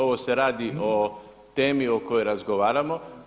Ovo se radi o temi o kojoj razgovaramo.